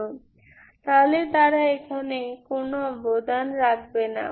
সুতরাং তারা এখানে কোনো অবদান রাখবেনা